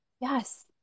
Yes